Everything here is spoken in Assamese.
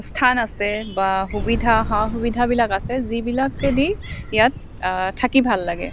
স্থান আছে বা সুবিধা সা সুবিধাবিলাক আছে যিবিলাকে দি ইয়াত থাকি ভাল লাগে